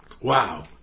Wow